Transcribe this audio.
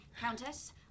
Countess